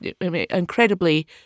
incredibly